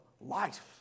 life